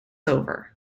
over